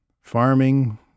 Farming